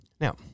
Now